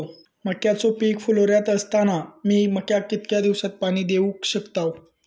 मक्याचो पीक फुलोऱ्यात असताना मी मक्याक कितक्या दिवसात पाणी देऊक शकताव?